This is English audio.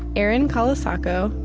erin colasacco,